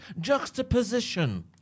juxtaposition